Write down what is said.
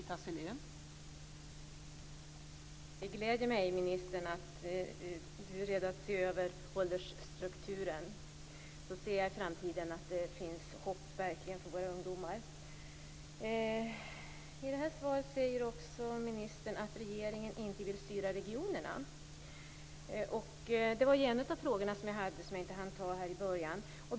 Fru talman! Det gläder mig att ministern är beredd att se över åldersstrukturen. Jag ser att det då i framtiden verkligen finns hopp för våra ungdomar. Ministern säger i sitt svar också att regeringen inte vill styra regionerna. Det var en av de frågor som jag inte hann ta upp inledningsvis.